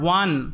one।